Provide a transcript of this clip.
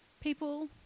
People